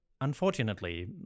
Unfortunately